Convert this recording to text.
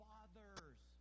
Fathers